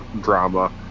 drama